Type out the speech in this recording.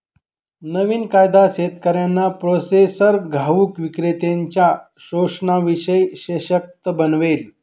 नवीन कायदा शेतकऱ्यांना प्रोसेसर घाऊक विक्रेत्त्यांनच्या शोषणाशिवाय सशक्त बनवेल